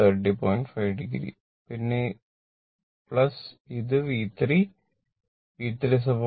5o പിന്നെ ഇത് V3 V3 14